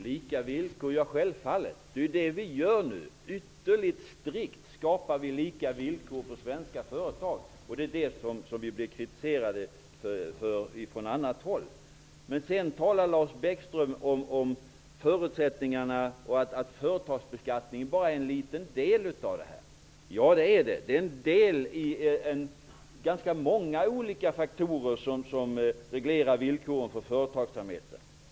Herr talman! Vi skall självfallet ha lika villkor. Det är detta vi åstadkommer nu. Vi skapar ytterligt strikt lika villkor för svenska företag. Det blir vi kritiserade för från annat håll. Sedan talar Lars Bäckström om att företagsbeskattningen bara är en liten del av det här. Ja, det är den. Den är en av ganska många olika faktorer som reglerar villkoren för företagsamheten.